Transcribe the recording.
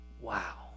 wow